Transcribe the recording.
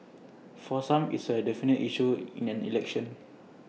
for some it's A definitive issue in an election